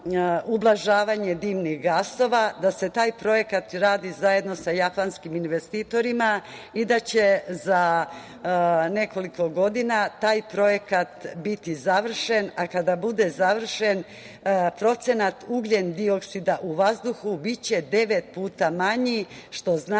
ublažavanje dimnih gasova, da se taj projekat radi zajedno sa japanskim investitorima i da će za nekoliko godina taj projekat biti završen. Kada bude završen procenat ugljendioksida u vazduhu biće devet puta manji, što znači